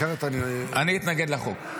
אחרת אני --- אני אתנגד לחוק.